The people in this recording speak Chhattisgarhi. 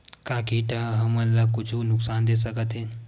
का कीट ह हमन ला कुछु नुकसान दे सकत हे?